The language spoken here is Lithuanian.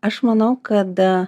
aš manau kad